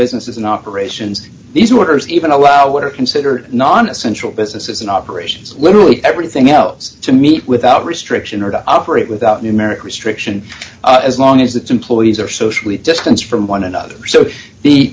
businesses in operations these workers even allow what are considered non essential businesses in operations literally everything else to meet without restriction or to operate without numeric restriction as long as its employees are socially distance from one another so the